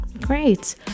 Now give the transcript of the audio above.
Great